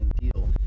deal